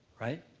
right?